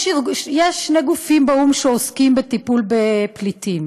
יש שני גופים באו"ם שעוסקים בטיפול בפליטים: